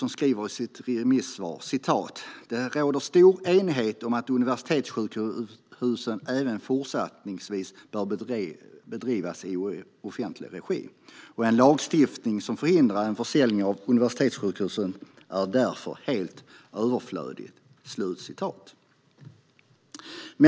Man skriver i sitt remissvar: "Det råder stor enighet om att universitetssjukhusen även fortsatt bör bedrivas i offentlig regi, och en lagstiftning som förhindrar en försäljning av universitetssjukhus är därför helt överflödig."